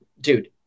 Dude